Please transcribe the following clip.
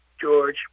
George